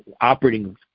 operating